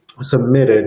submitted